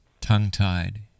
tongue-tied